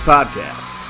Podcast